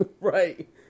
Right